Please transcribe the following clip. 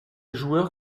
joueur